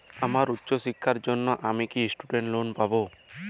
আমার উচ্চ শিক্ষার জন্য আমি কি স্টুডেন্ট লোন পাবো